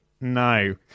no